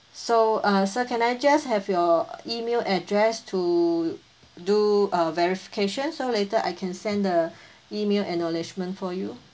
so err sir can I just have your email address to do a verification so later I can send the email acknowledgement for you